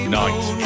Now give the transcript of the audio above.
night